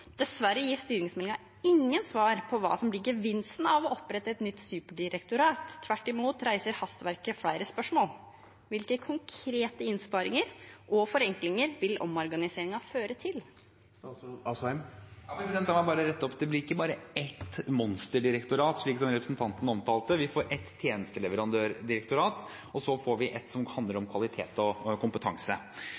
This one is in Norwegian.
Dessverre gir styringsmeldingen ingen svar på hva som blir gevinsten av å opprette et nytt superdirektorat. Tvert imot reiser hastverket flere spørsmål. Hvilke konkrete innsparinger og forenklinger vil omorganiseringen føre til? La meg bare rette opp: Det blir ikke bare ett monsterdirektorat, slik som representanten omtalte det; vi får et tjenesteleverandørdirektorat, og så får vi et som handler om